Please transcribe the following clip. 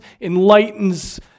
enlightens